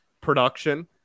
production